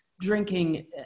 drinking